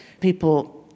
people